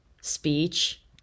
speech